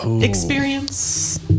experience